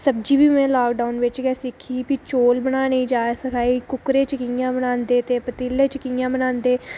सब्जी बी में लाकडाऊन बिच सिक्खी प्ही चौल बनाने दी जाच सखाई कुक्करै च कुक्करै च कियां बनांदे ते पतीले च कियां बनांदे